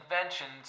inventions